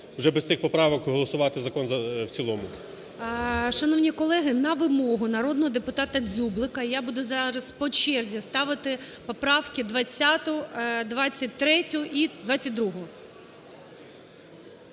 вже без цих поправок голосувати закон в цілому. ГОЛОВУЮЧИЙ. Шановні колеги, на вимогу народного депутата Дзюблика я буду зараз по черзі ставити поправки 20-у, 22-у